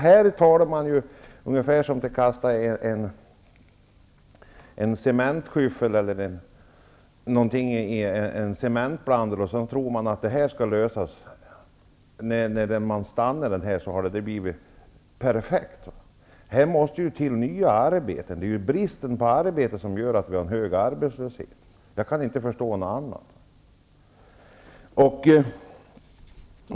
Här talar man som om det bara är att kasta någonting i en cementblandare och att allt är perfekt när den stannar. Här måste det till nya arbeten. Det är bristen på arbete som gör att vi har en hög arbetslöshet -- jag kan inte förstå annat.